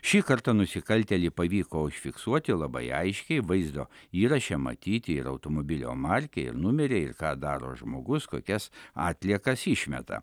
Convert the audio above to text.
šį kartą nusikaltėlį pavyko užfiksuoti labai aiškiai vaizdo įraše matyti ir automobilio markė ir numeriai ir ką daro žmogus kokias atliekas išmeta